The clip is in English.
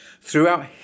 throughout